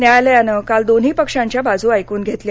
न्यायालयानं काल दोन्ही पक्षांच्या बाजू ऐकून घेतल्या